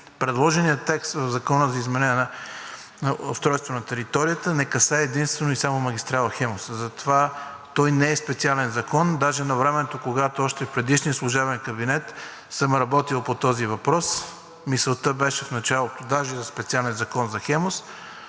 предложеният текст в Закона за изменение на Закона за устройство на територията не касае единствено и само магистрала „Хемус“, затова той не е специален закон. Навремето, когато още в предишния служебен кабинет съм работил по този въпрос, мисълта в началото беше даже и за специален закон за